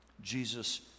Jesus